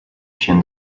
chin